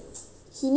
ya